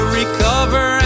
recover